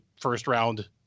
first-round